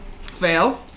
Fail